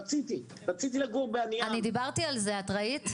רציתי לגור באניעם --- אני דיברתי על זה את ראית?